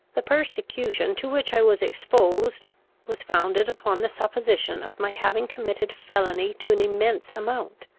the persecution to which i was exposed was founded upon the supposition of my having committed felony to an immense amount.